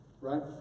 Right